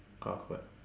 awkward